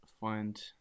find